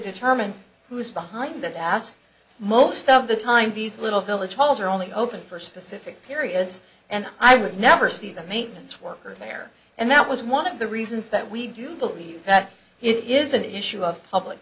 determine who is behind that ask most of the time these little village halls are only open for specific periods and i would never see the maintenance worker there and that was one of the reasons that we do believe that it is an issue of public